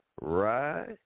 right